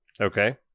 Okay